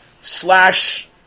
slash